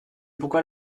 pourquoi